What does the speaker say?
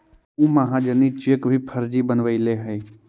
उ महाजनी चेक भी फर्जी बनवैले हइ